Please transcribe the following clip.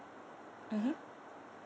mmhmm